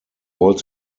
rollt